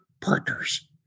partners